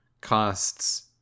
costs